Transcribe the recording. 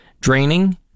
draining